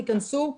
תיכנסו,